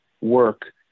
work